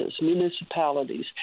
municipalities